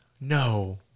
No